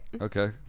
Okay